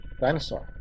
dinosaur